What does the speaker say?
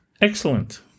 Excellent